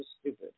stupid